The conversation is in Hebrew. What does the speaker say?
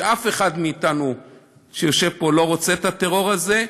ואף אחד מאתנו שיושב פה לא רוצה את הטרור הזה,